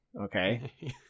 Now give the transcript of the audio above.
Okay